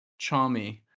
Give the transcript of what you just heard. Chami